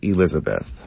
Elizabeth